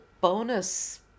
bonus